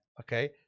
Okay